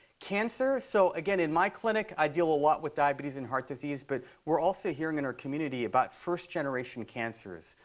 cancer, so again, in my clinic, i deal a lot with diabetes and heart disease. but we're also hearing in our community about first-generation cancers,